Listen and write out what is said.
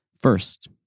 First